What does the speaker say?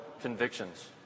convictions